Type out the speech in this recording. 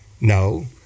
No